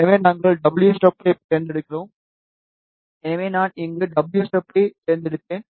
எனவே நாங்கள் wஸ்டப் ஐ தேர்ந்தெடுத்தோம் எனவே நான் இங்கே wஸ்டப் ஐ தேர்ந்தெடுப்பேன்